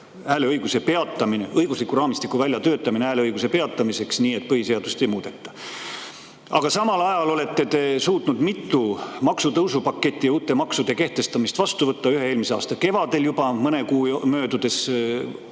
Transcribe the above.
ebamõistlik: õigusliku raamistiku väljatöötamine hääleõiguse peatamiseks nii, et põhiseadust ei muudeta. Aga samal ajal olete te suutnud mitu maksutõusupaketti ja uute maksude kehtestamist vastu võtta: ühe eelmise aasta kevadel, juba mõne kuu möödudes võimu